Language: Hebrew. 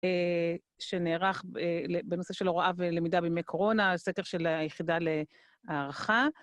שנערך בנושא של הוראה ולמידה בימי קורונה, סקר של היחידה להערכה.